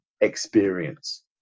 experience